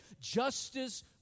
Justice